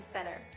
Center